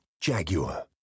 Jaguar